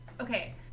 Okay